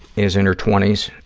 is in her twenty s,